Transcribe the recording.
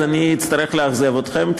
אז אני אצטרך לאכזב אתכם.